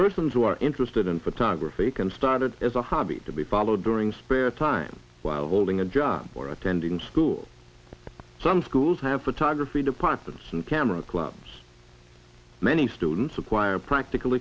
persons who are interested in photography and started as a hobby to be followed during spare time while holding a job or attending school some schools have photography departments and camera clubs many students acquire practical